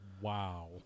Wow